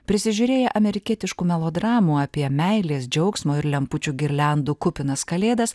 prisižiūrėję amerikietiškų melodramų apie meilės džiaugsmo ir lempučių girliandų kupinas kalėdas